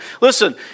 Listen